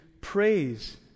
praise